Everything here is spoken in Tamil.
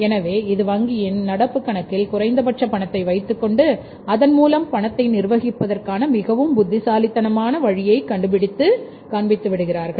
எனவே இது வங்கியின் நடப்புக் கணக்கில் குறைந்தபட்ச பணத்தை வைத்துக் கொண்டு அதன்மூலம் பணத்தை நிர்வகிப்பதற்கான மிகவும் புத்திசாலித்தனமானவழியைக் கண்டுபிடித்து விடுகிறார்கள்